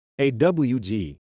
AWG